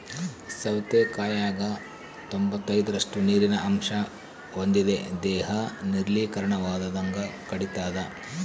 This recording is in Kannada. ಸೌತೆಕಾಯಾಗ ತೊಂಬತ್ತೈದರಷ್ಟು ನೀರಿನ ಅಂಶ ಹೊಂದಿದೆ ದೇಹ ನಿರ್ಜಲೀಕರಣವಾಗದಂಗ ತಡಿತಾದ